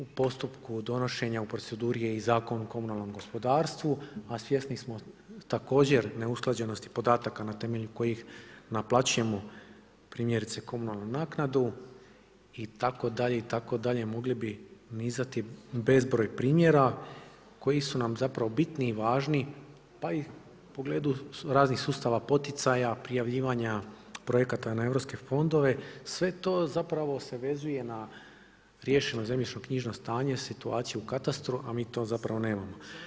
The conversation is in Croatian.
U postupku donošenja u proceduri je i Zakon o komunalnom gospodarstvu, a svjesni smo također neusklađenosti podataka na temelju kojih naplaćujemo primjerice komunalnu naknadu itd., itd. mogli bi nizati bezbroj primjera koji su nam bitni i važni pa i u pogledu raznih sustava poticaja prijavljivanja projekata na europske fondove, sve to zapravo se vezuje na riješeno zemljišno-knjižno stanje, situaciju u katastru, a mi to zapravo nemamo.